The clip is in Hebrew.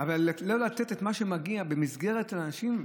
ולא לתת את מה שמגיע לאנשים,